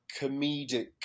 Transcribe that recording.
comedic